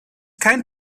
kein